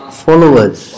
followers